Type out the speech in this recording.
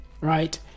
right